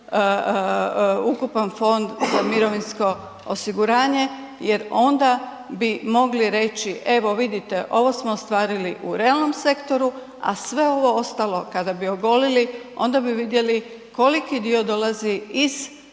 u ukupan fond za mirovinsko osiguranje jer onda bi mogli reći evo vidite ovo smo ostvarili u realnom sektoru, a sve ovo ostalo kada bi ogolili onda bi vidjeli koliki dio dolazi iz